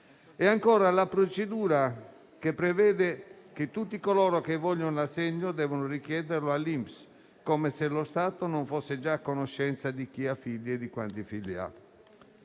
Ancora, la procedura prevede che tutti coloro che vogliono l'assegno devono richiederlo all'INPS, come se lo Stato non fosse già a conoscenza di chi ha figli e di quanti ne ha.